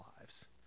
lives